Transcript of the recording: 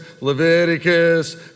Leviticus